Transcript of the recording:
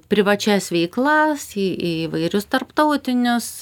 privačias veiklas į įvairius tarptautinius